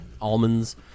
almonds